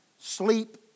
sleep